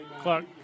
Clark